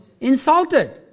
Insulted